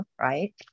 right